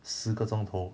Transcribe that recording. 十个钟头